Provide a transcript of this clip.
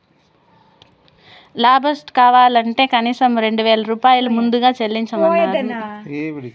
laptop కావాలంటే కనీసం రెండు వేల రూపాయలు ముందుగా చెల్లించమన్నరు